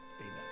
Amen